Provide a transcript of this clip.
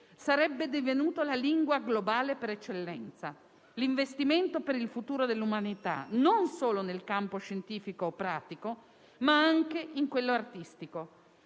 sarebbe divenuto la lingua globale per eccellenza, l'investimento per il futuro dell'umanità non solo nel campo scientifico o pratico, ma anche in quello artistico.